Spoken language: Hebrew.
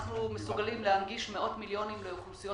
אנחנו מסוגלים להנגיש מאות מיליונים לאוכלוסיות